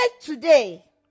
today